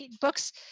books